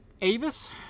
Avis